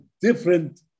different